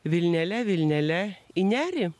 vilnele vilnele į nerį